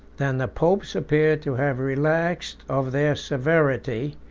than the popes appear to have relaxed of their severity,